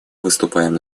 выступаем